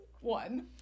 One